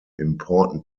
important